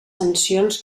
sancions